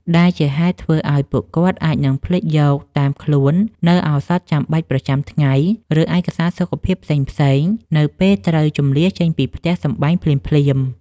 ដែលជាហេតុធ្វើឱ្យពួកគាត់អាចនឹងភ្លេចយកតាមខ្លួននូវឱសថចាំបាច់ប្រចាំថ្ងៃ ឬឯកសារសុខភាពផ្សេងៗនៅពេលត្រូវជម្លៀសចេញពីផ្ទះសម្បែងភ្លាមៗ។